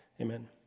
Amen